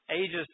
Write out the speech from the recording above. ages